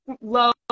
low